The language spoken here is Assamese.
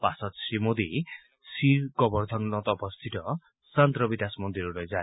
পাছত শ্ৰী মোদী চিৰ গোবৰ্ধনত অৱস্থিত সন্ত ৰবিদাস মন্দিৰলৈ যায়